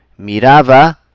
Miraba